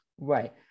right